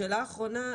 שאלה אחרונה,